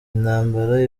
intambara